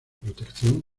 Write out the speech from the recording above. protección